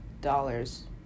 dollars